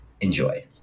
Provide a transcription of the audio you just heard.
Enjoy